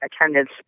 attendance